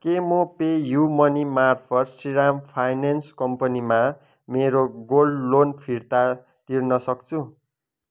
के म PayU money मार्फत श्रीराम फाइनेन्स कम्पनीमा मेरो गोल्ड लोन फिर्ता तिर्न सक्छु